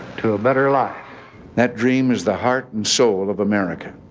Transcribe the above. to a better life that dream is the heart and soul of america.